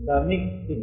the mixing